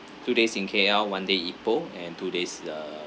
two days in K_L one day ipoh and two days err